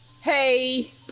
Hey